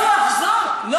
פסטיבל שירי ילדים.